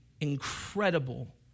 incredible